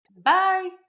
Bye